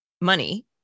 money